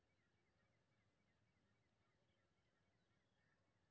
लंबा समय के लेल कोन निवेश ठीक होते?